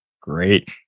great